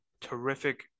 terrific